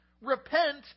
repent